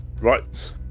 Right